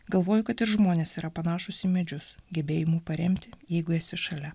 galvoju kad ir žmonės yra panašūs į medžius gebėjimu paremti jeigu esi šalia